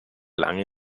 lange